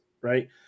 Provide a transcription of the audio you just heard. right